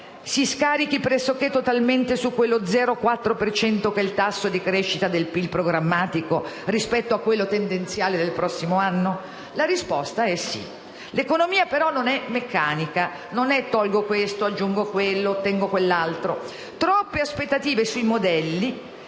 si scarichi pressoché totalmente su quello 0,4 per cento, che è il tasso di crescita del PIL programmatico, rispetto a quello tendenziale del prossimo anno? La risposta è sì. L'economia, però, non è meccanica, non è: tolgo questo, aggiungo quello, ottengo quell'altro. Se si ripongono troppe aspettative sui modelli,